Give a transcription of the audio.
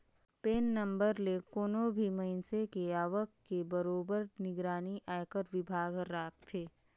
PAN number ले कोनो भी मइनसे के आवक के बरोबर निगरानी आयकर विभाग हर राखथे